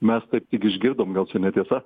mes taip tik išgirdom gal čia netiesa